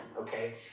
okay